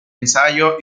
ensayo